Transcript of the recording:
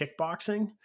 kickboxing